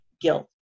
guilt